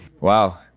wow